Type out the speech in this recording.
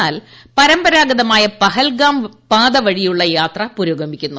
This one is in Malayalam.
എന്നാൽ പരമ്പരാഗ്രത്മാർ പഹൽഗാം പാതവഴിയുള്ള യാത്ര പുരോഗമിക്കുന്നു